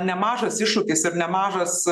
nemažas iššūkis ir nemažas